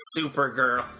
Supergirl